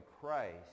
Christ